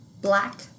black